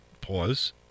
pause